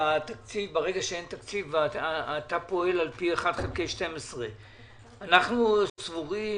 ברגע שאין תקציב אתה פועל על פי 1/12. אנחנו סבורים